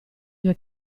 due